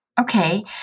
Okay